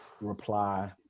reply